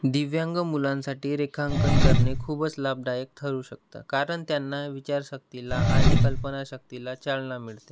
दिव्यांग मुलांसाठी रेखांकन करणे खूपच लाभदायक ठरू शकतं कारण त्यांना विचारशक्तीला आणि कल्पना शक्तीला चालना मिळते